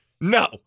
No